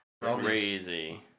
Crazy